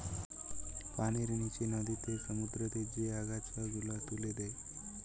পানির নিচে নদীতে, সমুদ্রতে যে আগাছা গুলা তুলে দে